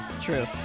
True